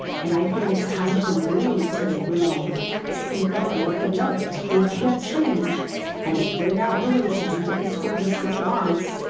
and i think it's time for me to you know speak up and let them know. if they can't change and if they're not willing to do what the school district wants,